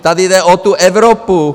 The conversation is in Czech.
Tady jde o tu Evropu!